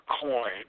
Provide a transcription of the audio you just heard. coin